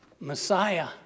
Messiah